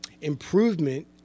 Improvement